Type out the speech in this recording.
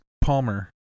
Palmer